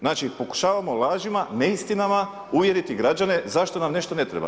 Znači pokušavamo lažima, neistinama uvjeriti građane zašto nam nešto ne treba.